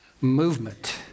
movement